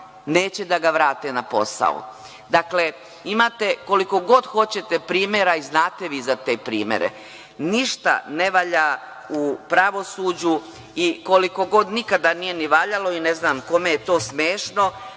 neće da ga vrate na posao. Dakle, imate koliko god hoćete primera i znate vi za te primere. Ništa ne valja u pravosuđu i nikada nije ni valjalo, ne znam kome je to smešno,